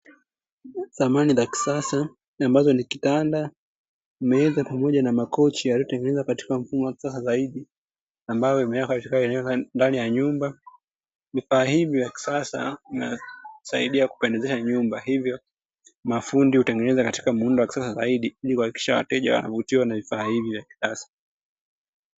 Samani za kisasa, ambazo, meza pamoja na makochi yaliyotengenezwa katika mfumo wa kisasa zaidi, ambayo yameingia ndani ya nyumba. Vifaa hivi vya kisasa vimesaidia kupendezesha nyumba, hivyo mafundi hutengeneza katika muundo wa kisasa zaidi, ili kuhakikisha wateja wanavutiwa na vifaa hivi vya kisasa."